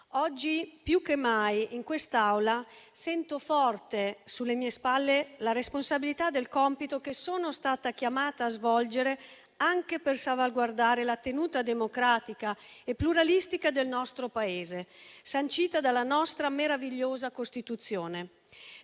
oggi più che mai in quest'Aula sento forte sulle mie spalle la responsabilità del compito che sono stata chiamata a svolgere, anche per salvaguardare la tenuta democratica e pluralistica del nostro Paese, sancita dalla nostra meravigliosa Costituzione,